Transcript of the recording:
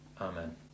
Amen